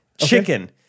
chicken